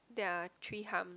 there are three humps